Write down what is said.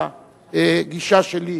לגישה שלי